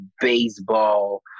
baseball